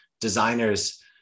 designers